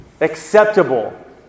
acceptable